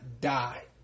die